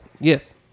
Yes